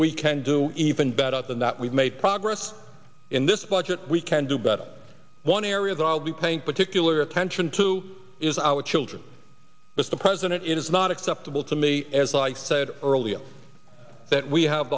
we can do even better than that we've made progress in this budget we can do better one area that i'll be paying particular attention to is our children mr president it is not acceptable to me as i said earlier that we have